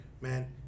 man